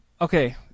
Okay